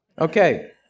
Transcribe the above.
Okay